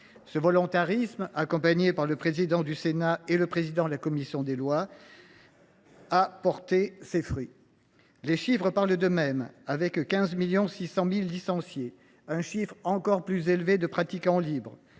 Ce volontarisme, accompagné de celui du président du Sénat et du président de la commission de la loi, a porté ses fruits. Les chiffres parlent d’eux mêmes. Avec 15,6 millions de licenciés, un chiffre encore plus élevé de pratiquants libres,